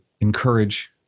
encourage